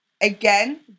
again